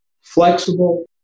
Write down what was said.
flexible